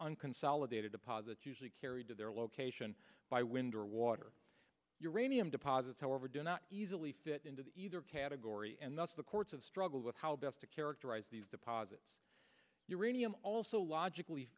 on consolidated deposit usually carried to their location by wind or water your radium deposits however do not easily fit into the either category and thus the courts of struggle with how best to characterize these deposits uranium also logically